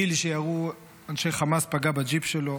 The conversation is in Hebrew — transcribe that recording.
טיל שירו אנשי חמאס פגע בג'יפ שלו.